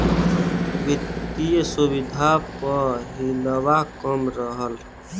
वित्तिय सुविधा प हिलवा कम रहल